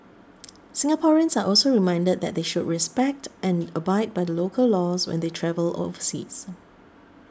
Singaporeans are also reminded that they should respect and abide by the local laws when they travel overseas